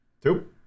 Two